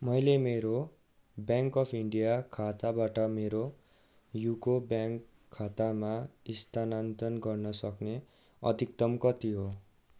मैले मेरो bank of India खाताबाट मेरो युको ब्याङ्क खातामा स्थानान्तरण गर्न सक्ने अधिकतम कति हो